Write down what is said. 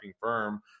firm